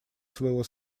своего